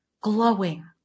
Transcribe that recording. glowing